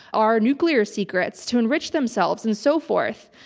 our nuclear secrets, to enrich themselves and so forth.